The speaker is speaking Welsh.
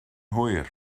hwyr